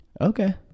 Okay